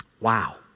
Wow